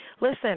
Listen